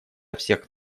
всех